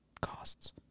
costs